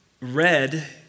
Red